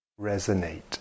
resonate